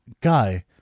guy